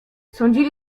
sądzili